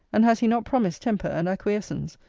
and has he not promised temper and acquiescence,